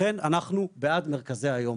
לכן אנחנו בעד מרכזי היום.